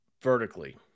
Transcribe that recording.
vertically